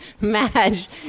Madge